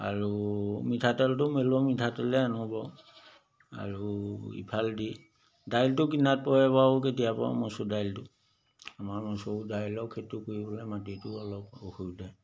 আৰু মিঠাতেলটো মিলৰ মিঠাতেলেই আনো বাৰু আৰু ইফালেদি দাইলটো কিনাত পৰে বাৰু কেতিয়াবা মচুৰ দাইলটো আমাৰ মচুৰ দাইলৰ খেতিটো কৰিবলৈ মাটিটো অলপ অসুবিধা